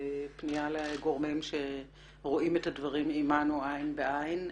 בפנייה לגורמים שרואים את הדברים עמנו עין בעין.